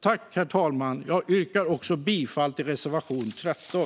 Jag yrkar också bifall till reservation 13.